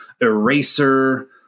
Eraser